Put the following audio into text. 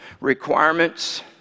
requirements